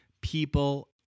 people